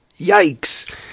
Yikes